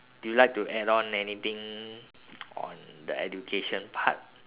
do you like to add on anything on the education part